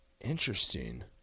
Interesting